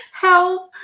health